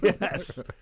Yes